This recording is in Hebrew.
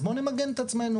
אז בואו נמגן את עצמנו.